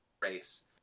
race